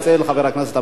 נא לסכם.